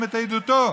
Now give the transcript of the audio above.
גברתי היושבת בראש,